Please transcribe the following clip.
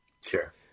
Sure